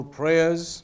prayers